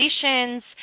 conditions